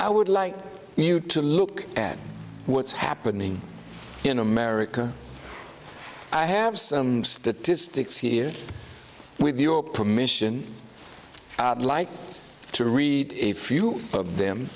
i would like you to look at what's happening in america i have some statistics here with your permission i like to read a few of them